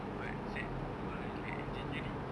but sadly gitu ah like engineering